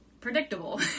predictable